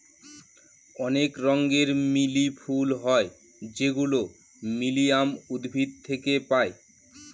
অনেক রঙের লিলি ফুল হয় যেগুলো লিলিয়াম উদ্ভিদ থেকে পায়